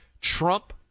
Trump